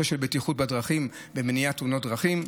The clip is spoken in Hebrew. של בטיחות בדרכים ומניעת תאונות דרכים.